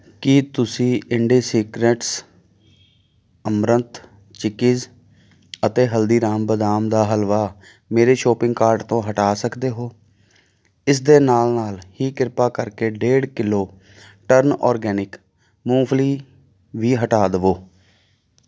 ਕੀ ਤੁਸੀਂ Indie Secrets amaranth chikkis ਅਤੇ ਹਲਦੀਰਾਮ ਬਦਾਮ ਦਾ ਹਲਵਾ ਮੇਰੇ ਸ਼ੋਪਿੰਗ ਕਾਰਟ ਤੋਂ ਹਟਾ ਸਕਦੇ ਹੋ ਇਸ ਦੇ ਨਾਲ ਨਾਲ ਹੀ ਕ੍ਰਿਪਾ ਕਰਕੇ ਡੇਢ ਕਿਲੋ ਟਰਨ ਔਰਗੈਨਿਕ ਮੂੰਗਫਲੀ ਵੀ ਹਟਾ ਦੇਵੋ